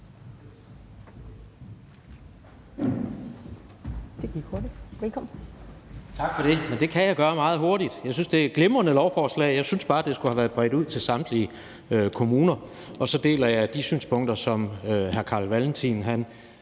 Tak for det. Det kan jeg gøre meget hurtigt. Jeg synes, det er et glimrende lovforslag, og jeg synes bare, det skulle have været bredt ud til samtlige kommuner. Og så deler jeg de synspunkter, som hr. Carl Valentin kom